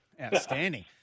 Outstanding